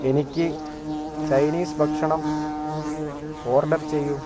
എനിക്ക് ചൈനീസ് ഭക്ഷണം ഓർഡർ ചെയ്യൂ